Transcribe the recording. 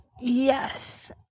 Yes